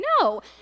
No